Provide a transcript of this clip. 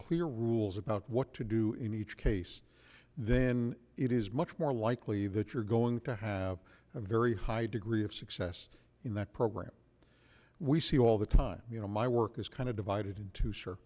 clear rules about what to do in each case then it is much more likely that you're going to have a very high degree of success in that program we see all the time you know my work is kind of divided into sure